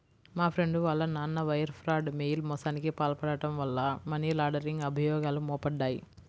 మా ఫ్రెండు వాళ్ళ నాన్న వైర్ ఫ్రాడ్, మెయిల్ మోసానికి పాల్పడటం వల్ల మనీ లాండరింగ్ అభియోగాలు మోపబడ్డాయి